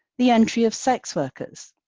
the entry of sex workers.